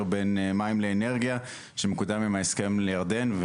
בין מים לאנרגיה שמקודם בהסכם עם ירדן.